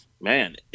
man